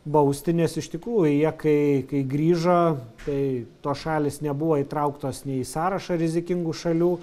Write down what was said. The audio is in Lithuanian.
bausti nes iš tikrųjų jie kai kai grįžo tai tos šalys nebuvo įtrauktos nei į sąrašą rizikingų šalių